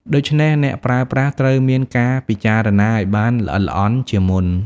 ដូច្នេះអ្នកប្រើប្រាស់ត្រូវមានការពិចារណាឱ្យបានល្អិតល្អន់ជាមុន។